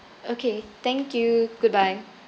okay thank you goodbye